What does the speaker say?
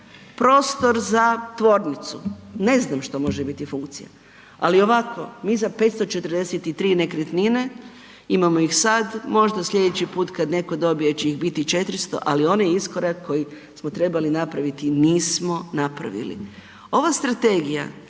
prostor za tvornicu, ne znam što može biti funkcija, ali ovako mi za 543 nekretnine, imamo ih sada, možda sljedeći put kada netko dobije će ih biti 400, ali onaj iskorak koji smo trebali napraviti nismo napravili. Ova strategija